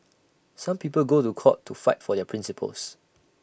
some people go to court to fight for their principles